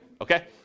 Okay